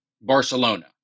Barcelona